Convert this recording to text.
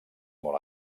molt